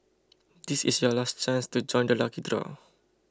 this is your last chance to join the lucky draw